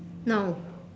no